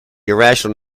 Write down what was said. irrational